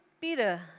Peter